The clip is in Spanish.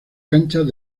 canchas